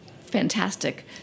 Fantastic